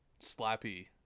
Slappy